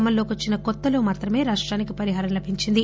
అమలులోకి వచ్చిన కొత్తలో మాత్రమే రాష్టానికి పరిహారం లభించింది